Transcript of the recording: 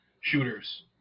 shooters